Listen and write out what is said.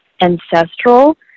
ancestral